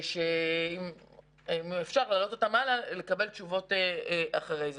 ואם אפשר להעלות אותם הלאה ולקבל תשובות אחרי זה.